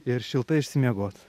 ir šiltai išsimiegot